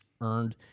earned